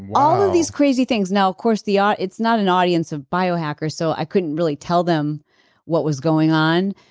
all of these crazy things. now of course ah it's not an audience of biohackers so i couldn't really tell them what was going on.